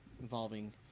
involving